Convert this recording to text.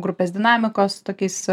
grupės dinamikos tokiais